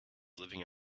living